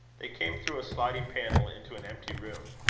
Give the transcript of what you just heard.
they came through a sliding panel into an empty room.